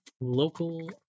Local